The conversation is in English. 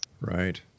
right